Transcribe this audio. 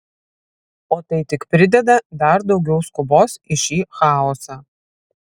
o tai tik prideda dar daugiau skubos į šį chaosą